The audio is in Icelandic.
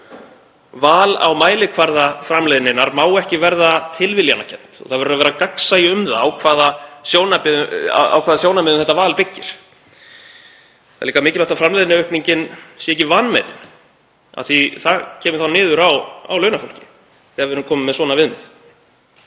Val á mælikvarða framleiðninnar má ekki verða tilviljunarkennt og það verður að vera gagnsæi um það á hvaða sjónarmiðum það val byggir. Það er líka mikilvægt að framleiðniaukningin sé ekki vanmetin af því að það kemur þá niður á launafólki þegar við erum komin með svona viðmið.